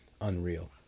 unreal